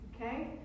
okay